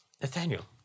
Nathaniel